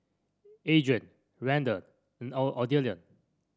Adrien Randall and Odelia